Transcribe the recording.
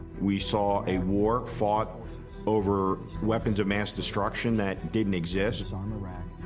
we saw a war fought over weapons of mass destruction that didn't exist. disarm iraq,